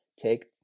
take